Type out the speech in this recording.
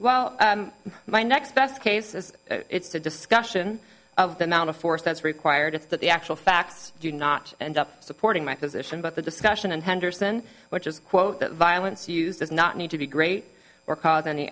well my next best case is it's a discussion of the amount of force that's required it's that the actual facts do not end up supporting my position but the discussion in henderson which is a quote that violence used does not need to be great or cause any